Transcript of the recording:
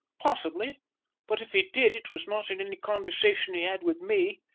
possibly but if he did, it was not in any conversation he had with me.